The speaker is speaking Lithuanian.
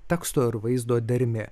teksto ir vaizdo dermė